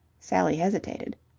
sally hesitated.